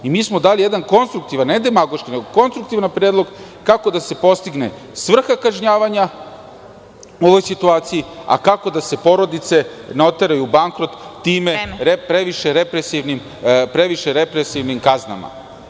Mi smo dali jedan konstruktivan, ne demagoški, nego konstruktivan predlog kako da se postigne svrha kažnjavanja u ovoj situaciji, a kako da se porodice ne oteraju u bankrot tim previše represivnim kaznama.